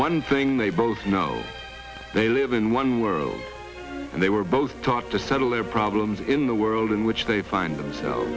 one thing they both know they live in one world and they were both talk to settle their problems in the world in which they find themselves